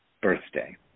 birthday